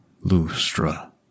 Lustra